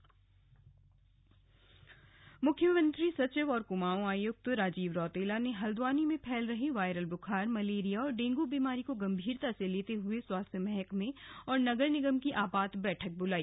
dengue Haldwani मुख्यमंत्री सचिव और कुमाऊं आयुक्त राजीव रौतेला ने हल्द्वानी में फैल रहे वायरल बुखार मलेरिया और डेंग् बीमारी को गम्भीरता से लेते हुये स्वास्थ्य महकमे और नगर निगम की आपात बैठक बुलाई